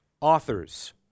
authors